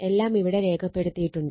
എല്ലാം ഇവിടെ രേഖപ്പെടുത്തിയിട്ടുണ്ട്